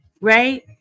Right